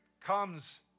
comes